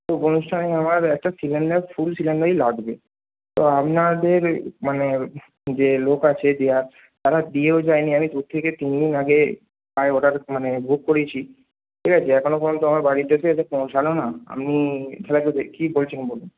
তো অনুষ্ঠানে আমার একটা সিলিন্ডার ফুল সিলিন্ডারই লাগবে তো আপনাদের মানে যে লোক আছে দেওয়ার তারা দিয়েও যায়নি আমি দু থেকে তিনদিন আগে প্রায় ওটার মানে বুক করিয়েছি ঠিক আছে এখনও পর্যন্ত আমার বাড়িতে এসে পৌঁছল না আপনি তাহলে একটু কী বলছিলেন বলুন